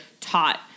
taught